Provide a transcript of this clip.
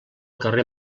carrer